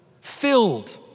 Filled